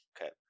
okay